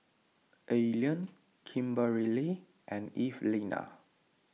Allean Kimberely and Evelina